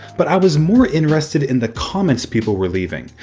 but i was more interested in the comments people were leaving.